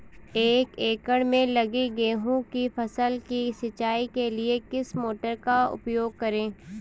एक एकड़ में लगी गेहूँ की फसल की सिंचाई के लिए किस मोटर का उपयोग करें?